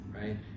right